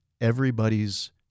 everybody's